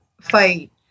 fight